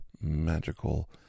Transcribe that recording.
magical